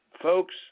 folks